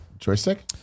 Joystick